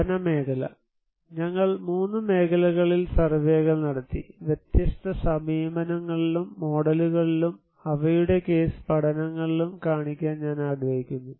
പഠന മേഖല ഞങ്ങൾ 3 മേഖലകളിൽ സർവേകൾ നടത്തി വ്യത്യസ്ത സമീപനങ്ങളിലും മോഡലുകളിലും അവയുടെ കേസ് പഠനങ്ങളിലും കാണിക്കാൻ ഞാൻ ആഗ്രഹിക്കുന്നു